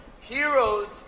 heroes